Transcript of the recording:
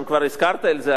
אם כבר הזכרת את זה,